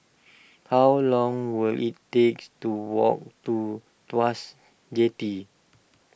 how long will it takes to walk to Tuas Jetty